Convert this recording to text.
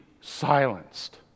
silenced